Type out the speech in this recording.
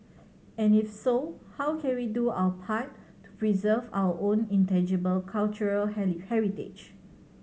and if so how can we do our part to preserve our own intangible cultural heritage